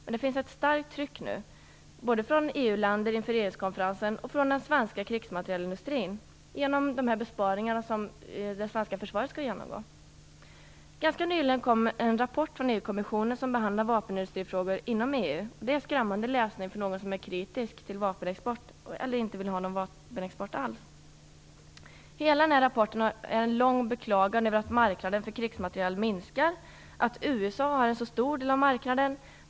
Men det finns ett starkt tryck på regeringen nu, både från vissa EU-länder inför regeringskonferensen och från den svenska krigsmaterielindustrin genom de besparingar som skall ske inom det svenska försvaret. Ganska nyligen kom en rapport från EU kommissionen som behandlar vapenindustrifrågor inom EU. Det är skrämmande läsning för den som är kritisk till vapenexport eller som inte vill ha någon vapenexport alls. Hela rapporten är en lång beklagan över att marknaden för krigsmateriel minskar och att USA har en så stor del av marknaden.